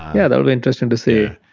yeah, that'll be interesting to see.